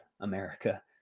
America